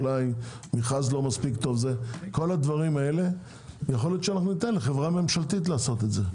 אולי המכרז לא מספיק טוב - יכול להיות שניתן לחברה ממשלתית לעשות את זה.